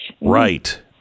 Right